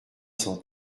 cent